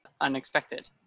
unexpected